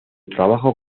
trabajo